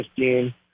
15